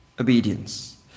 obedience